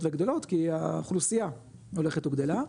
וגדלות כי האוכלוסייה הולכת וגדלה,